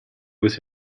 with